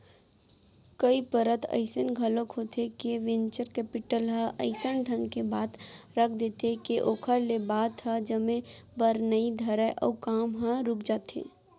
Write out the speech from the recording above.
कई परत अइसन घलोक होथे के वेंचर कैपिटल ह अइसन ढंग के बात रख देथे के ओखर ले बात ह जमे बर नइ धरय अउ काम ह रुक जाथे